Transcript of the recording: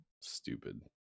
stupid